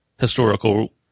historical